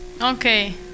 Okay